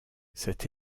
cette